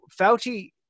Fauci